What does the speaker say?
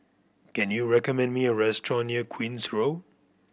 can you recommend me a restaurant near Queen's Road